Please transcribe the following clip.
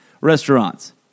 restaurants